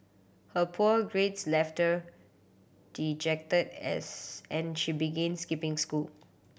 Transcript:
her poor grades left her dejected as and she began skipping school